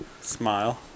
Smile